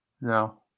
No